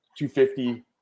250